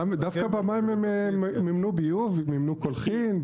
דווקא במים הם מימנו ביוב, מימנו קולחים.